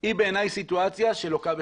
היא בעיניי סיטואציה שלוקה בחסר.